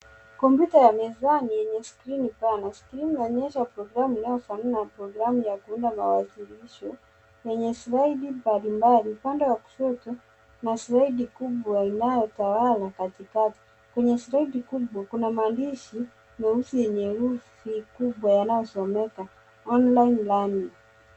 Kompyuta ya mezani yenye skrini pana. Skrini inaonyesha programu inayofanana na programu ya kuunda mawasilisho yenye slide mbalimbali . Upande wa kushoto, kuna slaidi kubwa inayotawala katikati . Kwenye slaidi kubwa, kuna maandishi meusi yenye herufi kubwa yanayosomeka online learning .